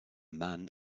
man